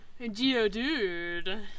Geodude